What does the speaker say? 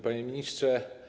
Panie Ministrze!